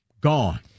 Gone